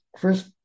first